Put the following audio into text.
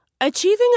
Achieving